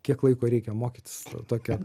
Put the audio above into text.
kiek laiko reikia mokytis tokią